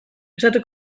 estatu